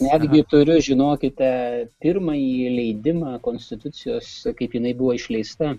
netgi turiu žinokite pirmąjį leidimą konstitucijos kaip jinai buvo išleista